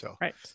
Right